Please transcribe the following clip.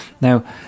Now